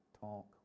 talk